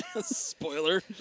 Spoiler